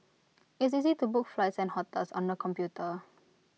IT is easy to book flights and hotels on the computer